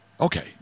Okay